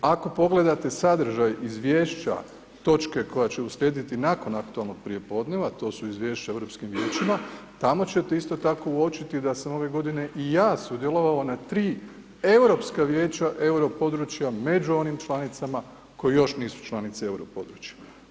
Ako pogledate sadržaj izvješća točke koja će uslijediti nakon aktualnog prijepodneva, to su izvješća Europskim vijećima, tamo ćete isto tako uočiti da sam ove godine i ja sudjelovao na tri Europska vijeća europodručja među onim članicama koje još nisu članice europodručja.